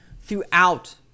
throughout